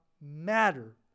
matter